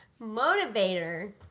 motivator